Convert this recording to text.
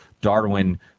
darwin